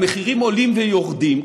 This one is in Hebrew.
המחירים עולים ויורדים,